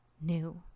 new